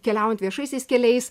keliaujant viešaisiais keliais